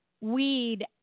weed